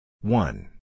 one